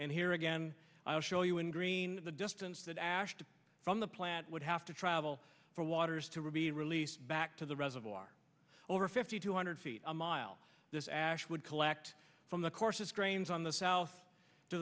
and here again i'll show you in green the distance that ash from the plant would have to travel from waters to ruby release back to the reservoir over fifty two hundred feet a mile this ash would collect from the courses drains on the south to